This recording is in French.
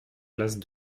place